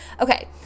Okay